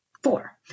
Four